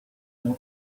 young